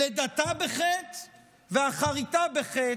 לידתה בחטא ואחריתה בחטא,